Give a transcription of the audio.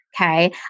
okay